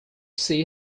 see